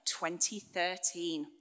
2013